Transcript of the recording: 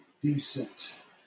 decent